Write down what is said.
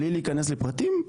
בלי להיכנס לפרטים,